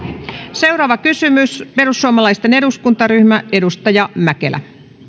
seuraava kysymys perussuomalaisten eduskuntaryhmä edustaja mäkelä